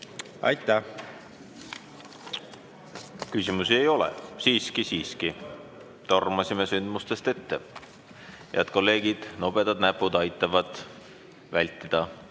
Aitäh! Küsimusi ei ole. Siiski-siiski. Tormasime sündmustest ette. Head kolleegid, nobedad näpud aitavad seda